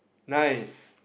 nice